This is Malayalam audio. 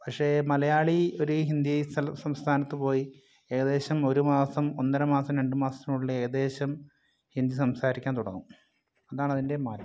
പക്ഷേ മലയാളി ഒരു ഹിന്ദി സംസ്ഥാനത്ത് പോയി ഏകദേശം ഒരു മാസം ഒന്നര മാസം രണ്ടു മാസത്തിനുള്ളിൽ ഏകദേശം ഹിന്ദി സംസാരിക്കാൻ തുടങ്ങും അതാണ് അതിൻ്റെ മാറ്റം